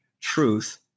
truth